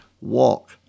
walk